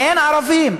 אין ערבים.